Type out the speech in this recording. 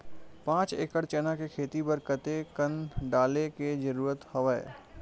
पांच एकड़ चना के खेती बर कते कन डाले के जरूरत हवय?